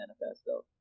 Manifesto